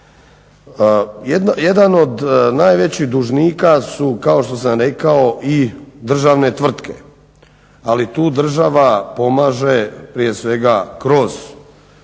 Jedan od najvećih dužnika su, kao što sam rekao i državne tvrtke, ali tu država pomaže. Prije svega kroz